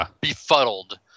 befuddled